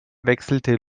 wechselte